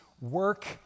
work